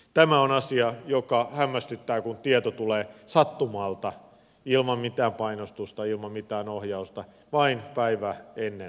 tämä on asia joka hämmästyttää kun tieto tulee sattumalta ilman mitään painostusta ilman mitään ohjausta vain päivä ennen tämän keskustelun alkua